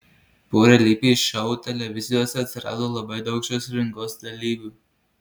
po realybės šou televizijose atsirado labai daug šios rinkos dalyvių